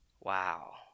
Wow